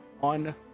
on